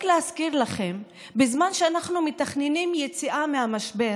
רק להזכיר לכם, בזמן שאנחנו מתכננים יציאה מהמשבר